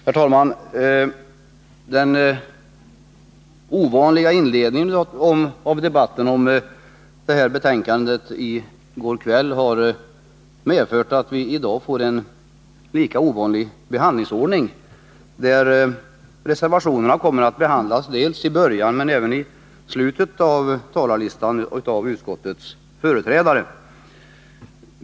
Herr talman! Den ovanliga inledningen av debatten om det föreliggande betänkandet i går kväll har medfört att vi i dag får en lika ovanlig behandlingsordning, där reservationerna kommer att behandlas av utskottets företrädare dels i början, dels i slutet av debatten.